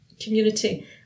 community